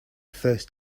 first